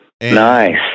nice